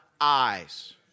eyes